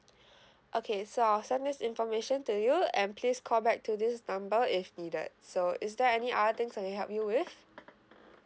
okay so I'll send this information to you and please call back to this number if needed so is there any other things I help you with